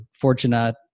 fortunate